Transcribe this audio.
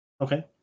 Okay